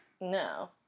No